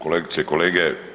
Kolegice i kolege.